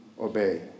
obey